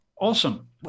Awesome